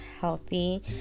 healthy